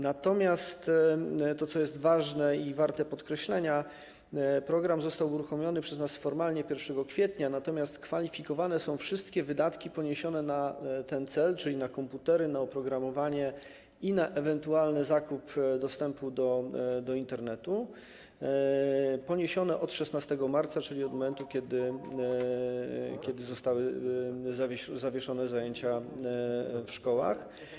Natomiast ważne i warte podkreślenia jest to, że program został uruchomiony przez nas formalnie 1 kwietnia, natomiast kwalifikowane są wszystkie wydatki poniesione na ten cel, czyli na komputery, na oprogramowanie i na ewentualny zakup dostępu do Internetu, poniesione od 16 marca, czyli od momentu kiedy zostały zawieszone zajęcia w szkołach.